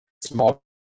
small